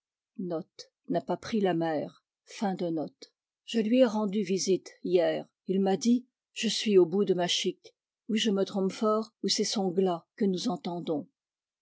je lui ai rendu visite hier il m'a dit je suis au bout de ma chique ou je me trompe fort ou c'est son glas que nous entendons